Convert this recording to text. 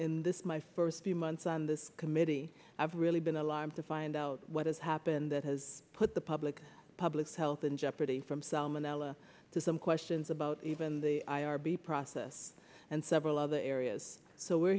this my first few months on this committee i've really been alarmed to find out what has happened that has put the public public health in jeopardy from salmonella to some questions about even the i r b process and several other areas so we're